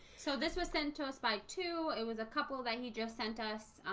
so this was sent to us by two it was a couple that he just sent us